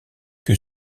que